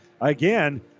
again